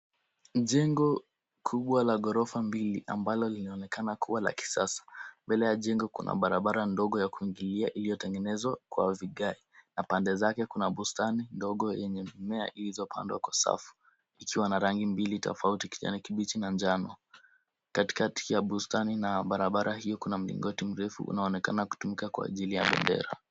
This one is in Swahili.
Jengo kubwa la ghorofa mbili ambalo linaonekana kuwa la kisasa. Mbele ya jengo kuna barabara ndogo ya kuingilia iliyo tengenezwa kwa vigae na pande zake kuna bustani ndogo yenye mimea iliyo pandwa kwa safu ikiwa na rangi mbili tofauti kijani kibichi na njano. Katikati ya bustani na barabara hiyo kuna mlingoti mrefu unaonekana kutumika kwa ajili ya bendera.